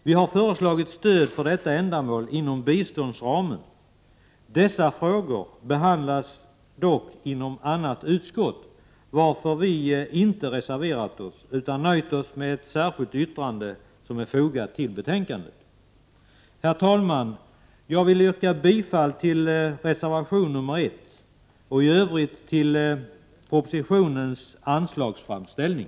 Vi har föreslagit stöd för detta ändamål inom biståndsramen. Dessa frågor behandlas dock inom annat utskott, varför vi inte reserverat oss, utan nöjt oss med ett särskilt yttrande fogat till betänkandet. Herr talman! Jag yrkar bifall till reservation 1 och i övrigt till propositionens anslagsframställning.